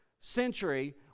century